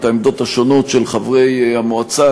את העמדות השונות של חברי המועצה,